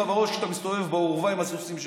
בראש כשאתה מסתובב באורווה עם הסוסים שלך.